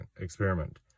experiment